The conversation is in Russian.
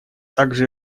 также